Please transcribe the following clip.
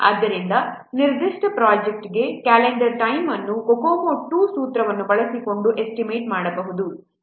ಆದ್ದರಿಂದ ನಿರ್ದಿಷ್ಟ ಪ್ರೊಜೆಕ್ಟ್ಗೆ ಕ್ಯಾಲೆಂಡರ್ ಟೈಮ್ ಅನ್ನು COCOMO 2 ಸೂತ್ರವನ್ನು ಬಳಸಿಕೊಂಡು ಎಸ್ಟಿಮೇಟ್ ಮಾಡಬಹುದು